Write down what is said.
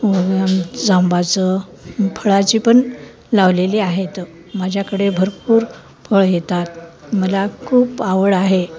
जांबाचं फळाची पण लावलेली आहेत माझ्याकडे भरपूर फळ येतात मला खूप आवड आहे